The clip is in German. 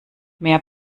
mehr